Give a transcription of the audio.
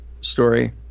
story